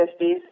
50s